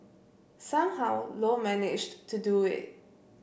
somehow Low managed to do it